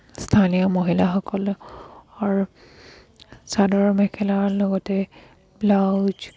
স্থানীয় মহিলাসকলৰ চাদৰ মেখেলাৰ লগতে ব্লাউজ